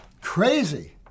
Crazy